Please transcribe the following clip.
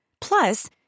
Plus